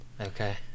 Okay